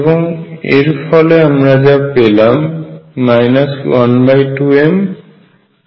এবং এর ফলে আমরা যা পেলাম 12mL2YλY